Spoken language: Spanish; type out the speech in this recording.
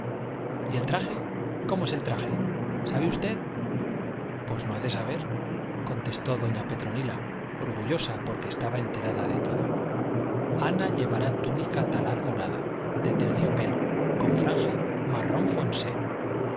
y el traje cómo es el traje sabe usted pues no he de saber contestó doña petronila orgullosa porque estaba enterada de todo ana llevará túnica talar morada de terciopelo con franja marrón foncé